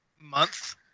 month